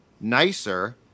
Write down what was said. nicer